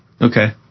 Okay